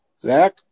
Zach